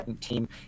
team